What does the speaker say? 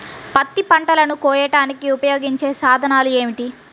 పత్తి పంటలను కోయడానికి ఉపయోగించే సాధనాలు ఏమిటీ?